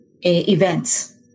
events